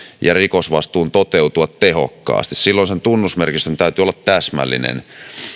ja rikosvastuun toteutua tehokkaasti silloin tunnusmerkistön täytyy olla täsmällinen